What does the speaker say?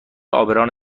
عابران